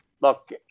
look